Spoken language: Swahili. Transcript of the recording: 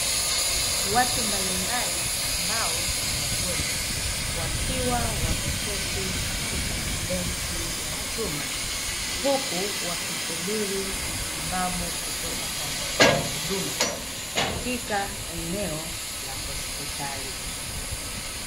Watu mbalimbali ambao ni wagonjwa, wakiwa wameketi katika mabenchi ya chuma, huku wakisubiri matibabu kutoka kwa watoa huduma katika eneo la hospitali.